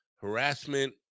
harassment